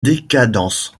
décadence